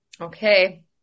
Okay